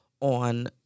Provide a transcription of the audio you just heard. on